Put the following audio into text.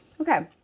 Okay